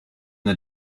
the